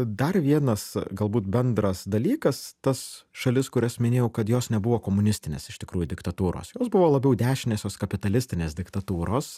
dar vienas galbūt bendras dalykas tas šalis kurias minėjau kad jos nebuvo komunistinės iš tikrųjų diktatūros jos buvo labiau dešiniosios kapitalistinės diktatūros